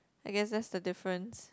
I guess that's the difference